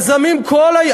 אבל מה עם העובדים?